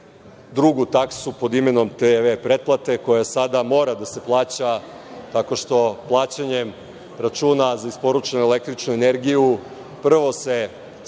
drugu taksu pod imenom TV pretplate, koja sada mora da se plaća tako što plaćanjem računa za isporučenu električnu energiju, prvo se svakom